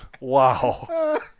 Wow